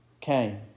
came